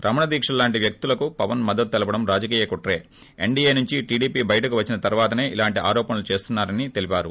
రమణదీకితులు లాంటి వ్యక్తులకు పవన్ మద్దతు తెలపడం రాజకీయ కుట్రే ఎన్నీయే నుంచి టీడీపీ బయటకు వచ్చిన తర్వాతసే ఇలాంటి ఆరోపణలు చేస్తున్నారని తెలిపారు